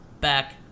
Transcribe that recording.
back